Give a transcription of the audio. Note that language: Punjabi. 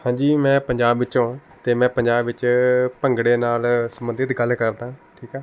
ਹਾਂਜੀ ਮੈਂ ਪੰਜਾਬ ਵਿੱਚੋਂ ਹਾਂ ਅਤੇ ਮੈਂ ਪੰਜਾਬ ਵਿੱਚ ਭੰਗੜੇ ਨਾਲ ਸੰਬੰਧਿਤ ਗੱਲ ਕਰਦਾਂ ਠੀਕ ਆ